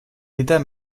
d’état